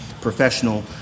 professional